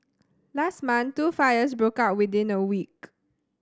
last month two fires broke out within a week